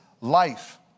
life